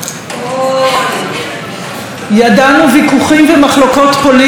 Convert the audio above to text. ידענו ויכוחים ומחלוקות פוליטיות קשות כאן בכנסת וברחובות,